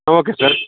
okay sir